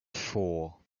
four